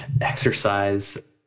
exercise